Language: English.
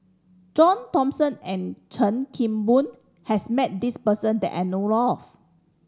John Thomson and Chan Kim Boon has met this person that I know of